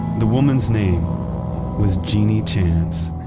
the woman's name was genie chance.